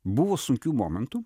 buvo sunkių momentų